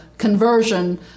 conversion